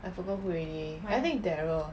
I forgot who already I think darryl